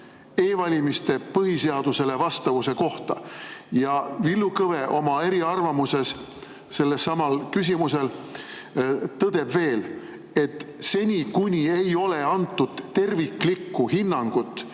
e‑valimiste põhiseadusele vastavuse kohta. Villu Kõve oma eriarvamuses sellesama küsimuse kohta tõdeb veel, et seni, kuni ei ole antud terviklikku hinnangut